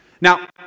Now